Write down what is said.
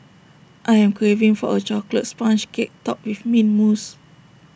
I am craving for A Chocolate Sponge Cake Topped with Mint Mousse